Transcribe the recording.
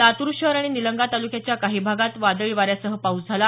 लातूर शहर आणि निलंगा तालुक्याच्या काही भागात वादळी वाऱ्यासह पाऊस झाला